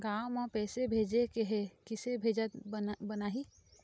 गांव म पैसे भेजेके हे, किसे भेजत बनाहि?